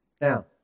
Now